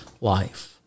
life